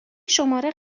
شماره